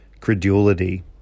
credulity